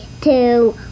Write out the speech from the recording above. two